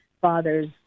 father's